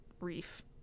reef